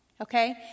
Okay